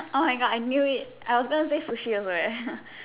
oh my god I knew it I was going to say sushi also eh